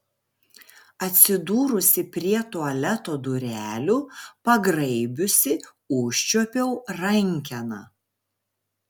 atsidūrusi prie tualeto durelių pagraibiusi užčiuopiau rankeną